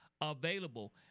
available